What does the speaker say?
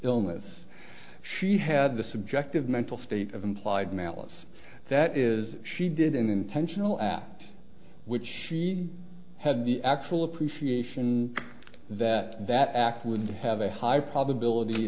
illness she had the subjective mental state of implied malice that is she did an intentional act which she had the actual appreciation that that act would have a high probability